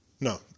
no